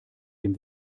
dem